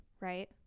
right